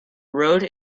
rode